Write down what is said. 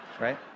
right